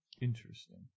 Interesting